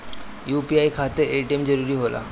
UPI खातिर ATM जरूरी होला?